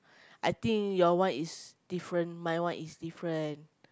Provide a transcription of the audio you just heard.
I think your one is different my one is different